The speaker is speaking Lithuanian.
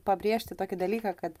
pabrėžti tokį dalyką kad